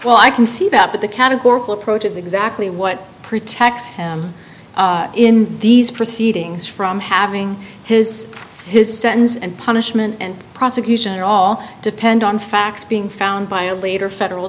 well i can see that but the categorical approach is exactly what protects him in these proceedings from having his his sends and punishment and prosecution all depend on facts being found by a leader federal